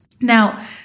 Now